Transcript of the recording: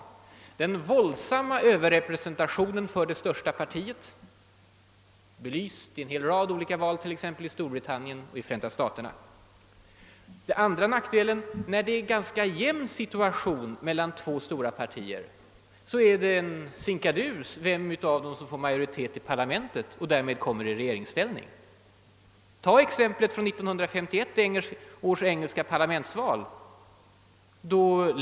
Den första är den i regel våldsamma överrepresentationen för det största partiet — belyst i en hel rad val i Storbritannien och Förenta staterna. Den andra nackdelen uppkommer när det är en ganska jämn situation mellan två stora partier. Då blir det en sinkadus vilket av dem som får majoritet i parlamentet och därmed kommer i regeringsställning. Se på exemplet från 1951 års engelska parlamentsval!